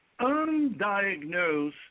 undiagnosed